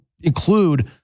include